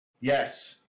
Yes